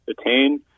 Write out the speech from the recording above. attain